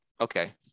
okay